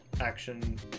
action